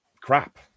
crap